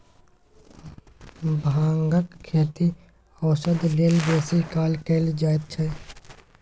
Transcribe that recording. भांगक खेती औषध लेल बेसी काल कएल जाइत छै